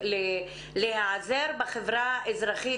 באופן קוסמי,